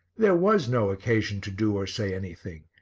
there was no occasion to do or say anything.